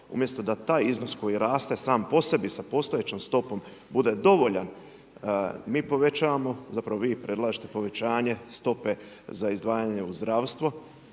umjesto da taj iznos koji raste sam po sebi sa postojećom stopom bude dovoljan, mi povećavamo zapravo vi predlažete povećanje stope za izdvajanje u zdravstvo,